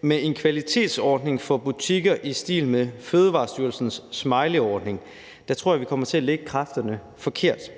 med en kvalitetsordning for butikker i stil med Fødevarestyrelsens smileyordning tror jeg, at vi kommer til at bruge kræfterne et forkert